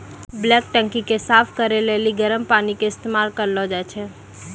bulk टंकी के साफ करै लेली गरम पानी के इस्तेमाल करलो जाय छै